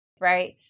Right